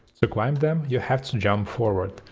to climb them, you have to jump forward.